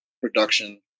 production